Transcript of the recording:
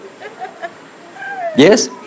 Yes